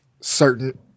certain